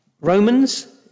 romans